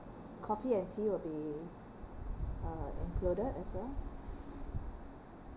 coffee and tea will be uh included as well